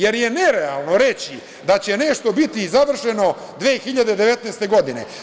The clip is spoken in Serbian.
Jer je nerealno reći da će nešto biti završeno 2019. godine.